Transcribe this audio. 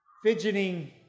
fidgeting